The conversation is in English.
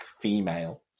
female